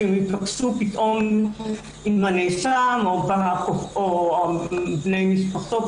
שהם ייפגשו פתאום עם הנאשם או עם בני משפחתו.